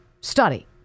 study